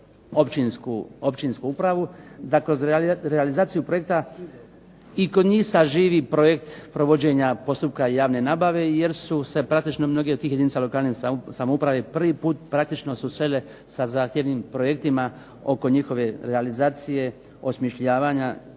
općinsku upravu, da kroz realizaciju projekta i kod njih sad živi projekt provođenja postupka javne nabave jer su praktično mnogi od tih jedinica lokalne samouprave prvi put praktično su svele sa zahtjevnim projektima oko njihove realizacije, osmišljavanja